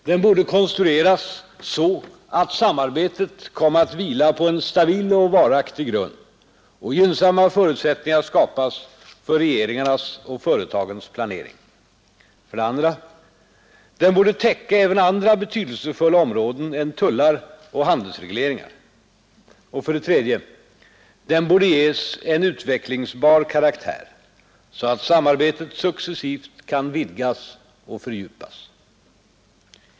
Den borde konstrueras så att samarbetet kommer att vila på en stabil och varaktig grund och gynnsamma förutsättningar skapas för regeringarnas och företagens planering. 2. Den borde täcka även andra betydelsefulla områden än tullar och handelsregleringar. 3. Den borde ges en utvecklingsbar karaktär så att samarbetet successivt kan vidgas och fördjupas.